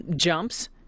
jumps